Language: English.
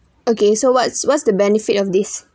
okay so what's what's the benefit of this